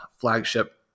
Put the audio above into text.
flagship